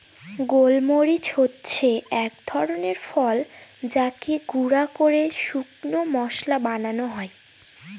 গোল মরিচ হচ্ছে এক ধরনের ফল যাকে গুঁড়া করে শুকনো মশলা বানানো হয়